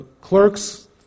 clerks